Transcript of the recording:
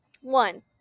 one